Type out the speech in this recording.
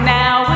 now